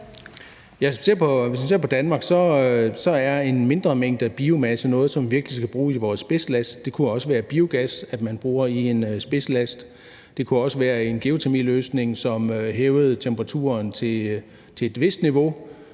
Hvis man ser på Danmark, så er en mindre mængde af biomasse noget, som vi virkelig skal bruge i spidslast. Det kunne også være biogas, man bruger i en spidslast. Det kunne også være en geotermiløsning, som hævede temperaturen til et vist niveau.